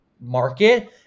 market